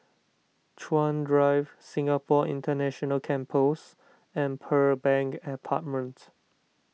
Chuan Drive Singapore International Campus and Pearl Bank Apartment